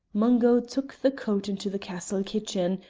mungo took the coat into the castle kitchen,